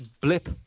blip